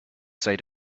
say